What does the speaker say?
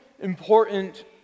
important